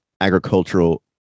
Agricultural